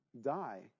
die